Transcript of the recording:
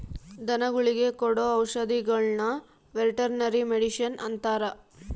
ಧನಗುಳಿಗೆ ಕೊಡೊ ಔಷದಿಗುಳ್ನ ವೆರ್ಟನರಿ ಮಡಿಷನ್ ಅಂತಾರ